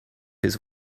his